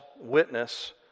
witness